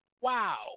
Wow